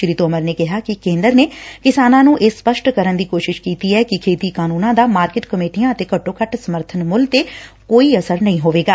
ਸ੍ਰੀ ਤੋਮਰ ਨੇ ਕਿਹਾ ਕਿ ਕੇਦ ਨੇ ਕਿਸਾਨਾ ਨੂੰ ਇਹ ਸਪੰਸਟ ਕਰਨ ਦੀ ਕੋਸ਼ਿਸ਼ ਕੀਤੀ ਐ ਕਿ ਖੇਤੀ ਕਾਨੁੰਨਾਂ ਦਾ ਮਾਰਕਿਟ ਕਮੇਟੀਆਂ ਅਤੇ ਘੱਟੋ ਘੱਟ ਸਮਰਬਨ ਮੁੱਲ ਤੇ ਕੋਈ ਅਸਰ ਨਹੀ ਹੋਵੇਗਾ